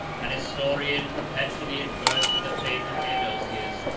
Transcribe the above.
an historian, perpetually adverse to the fame of theodosius,